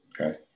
Okay